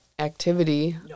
activity